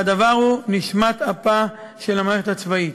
והדבר הוא נשמת אפה של המערכת הצבאית.